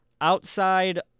outside